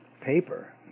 paper